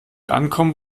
ankommen